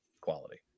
quality